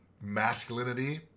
masculinity